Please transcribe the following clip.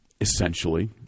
essentially